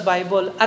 Bible